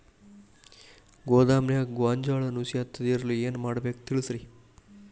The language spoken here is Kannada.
ಗೋದಾಮಿನ್ಯಾಗ ಗೋಂಜಾಳ ನುಸಿ ಹತ್ತದೇ ಇರಲು ಏನು ಮಾಡಬೇಕು ತಿಳಸ್ರಿ